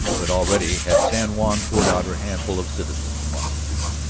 but already had san juan poured out her handful of citizens upon the street.